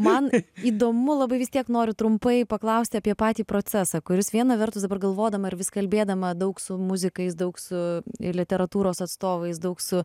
man įdomu labai vis tiek noriu trumpai paklausti apie patį procesą kuris viena vertus dabar galvodama ir vis kalbėdama daug su muzikais daug su literatūros atstovais daug su